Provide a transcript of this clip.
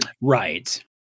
Right